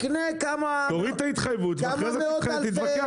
תוריד את ההתחייבות ואחרי כן תתווכח